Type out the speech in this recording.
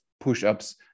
push-ups